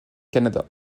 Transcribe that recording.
canada